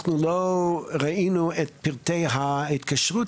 אנחנו לא ראינו את פרטי ההתקשרות,